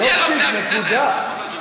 אני קורא אותך לסדר פעם ראשונה.